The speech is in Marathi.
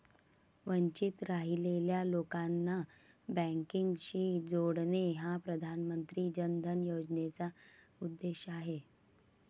वंचित राहिलेल्या लोकांना बँकिंगशी जोडणे हा प्रधानमंत्री जन धन योजनेचा उद्देश आहे